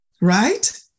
right